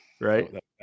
right